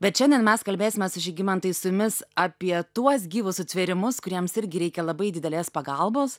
bet šiandien mes kalbėsimės žygimantai su jumis apie tuos gyvus sutvėrimus kuriems irgi reikia labai didelės pagalbos